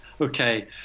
okay